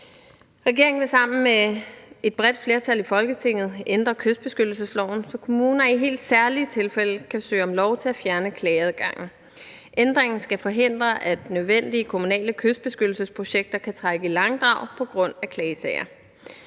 Regeringen vil sammen med et bredt flertal i Folketinget ændre kystbeskyttelsesloven, så kommuner i helt særlige tilfælde kan søge om lov til at fjerne klageadgangen. Ændringen skal forhindre, at nødvendige kommunale kystbeskyttelsesprojekter kan trække i langdrag på grund af klagesager.